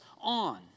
on